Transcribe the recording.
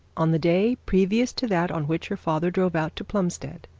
on the day previous to that on which her father drove out to plumstead,